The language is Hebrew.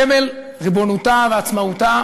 סמל ריבונותה ועצמאותה